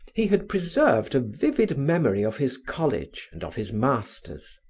he had preserved a vivid memory of his college and of his masters.